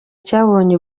cyabonye